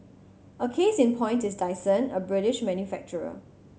a case in point is Dyson a British manufacturer